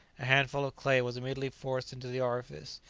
a handful of clay was immediately forced into the orifice,